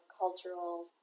cultural